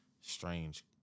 strange